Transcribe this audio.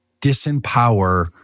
disempower